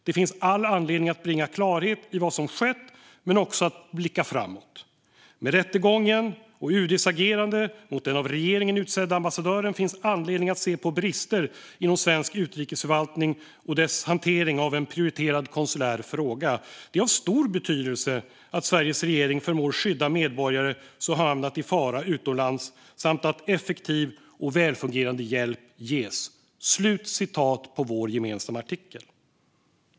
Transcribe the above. Det finns all anledning att bringa klarhet i vad som skett men också att blicka framåt." Vidare skrev vi följande: "Med rättegången och UD:s agerande mot den av regeringen utsedda ambassadören finns anledning att se på brister inom svensk utrikesförvaltning och dess hantering av en prioriterad konsulär fråga. Det är av stor betydelse att Sveriges regering förmår skydda medborgare som hamnat i fara utomlands samt att effektiv och välfungerande hjälp ges." Detta är ur vår gemensamma artikel.